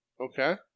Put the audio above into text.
Okay